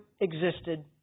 existed